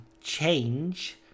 change